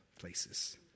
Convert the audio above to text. places